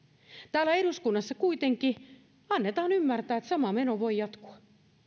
täällä eduskunnassa kuitenkin annetaan ymmärtää että sama meno voi jatkua